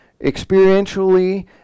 experientially